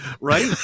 Right